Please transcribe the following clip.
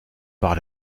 par